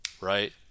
Right